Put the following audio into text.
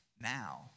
now